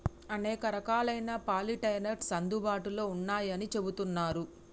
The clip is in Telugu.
అనేక రకాలైన పాలినేటర్స్ అందుబాటులో ఉన్నయ్యని చెబుతున్నరు